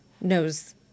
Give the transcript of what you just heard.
knows